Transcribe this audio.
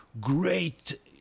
great